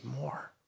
more